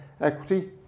equity